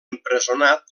empresonat